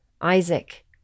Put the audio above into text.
Isaac